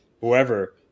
whoever